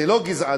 זה לא גזענות?